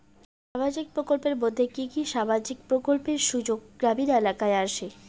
সামাজিক প্রকল্পের মধ্যে কি কি সামাজিক প্রকল্পের সুযোগ গ্রামীণ এলাকায় আসে?